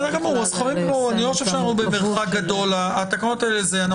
שלה ליישם את המורכבות של --- בסדר,